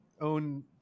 own